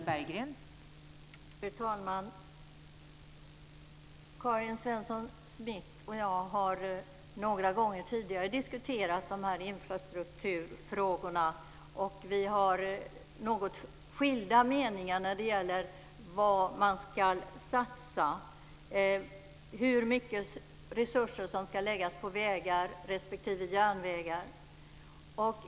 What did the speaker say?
Fru talman! Karin Svensson Smith och jag har diskuterat de här infrastrukturfrågorna några gånger tidigare. Vi har något skilda meningar när det gäller var man ska satsa och hur mycket resurser som ska läggas på vägar respektive järnvägar.